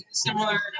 similar